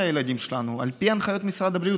הילדים שלנו על פי הנחיות משרד הבריאות.